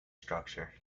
structure